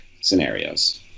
scenarios